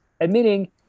admitting